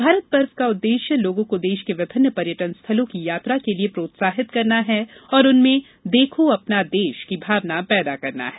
भारत पर्व का उद्देश्य लोगों को देश के विभिन्न पर्यटन स्थलों की यात्रा के लिए प्रोत्साहित करना और उनमें देखो अपना देश की भावना पैदा करना है